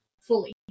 fully